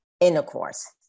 intercourse